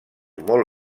molt